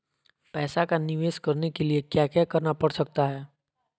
पैसा का निवेस करने के लिए क्या क्या करना पड़ सकता है?